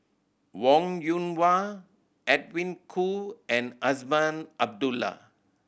Wong Yoon Wah Edwin Koo and Azman Abdullah